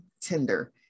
Tinder